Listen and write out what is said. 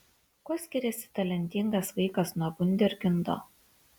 kuo skiriasi talentingas vaikas nuo vunderkindo